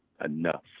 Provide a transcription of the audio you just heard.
enough